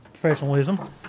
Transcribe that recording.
Professionalism